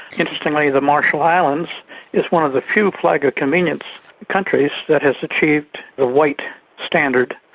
interestingly the marshall islands is one of the few flag of convenience countries that has achieved the white standard,